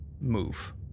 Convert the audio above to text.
Move